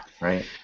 right